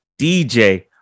DJ